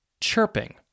chirping